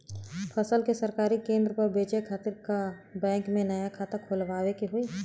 फसल के सरकारी केंद्र पर बेचय खातिर का बैंक में नया खाता खोलवावे के होई?